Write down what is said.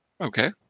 okay